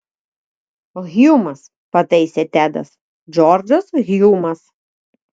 hjumas pataisė tedas džordžas hjumas